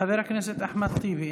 הכנסת אחמד טיבי,